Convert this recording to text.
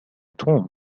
توم